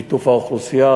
שיתוף האוכלוסייה,